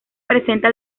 presenta